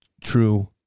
true